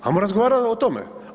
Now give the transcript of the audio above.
Ajmo razgovarat o tome.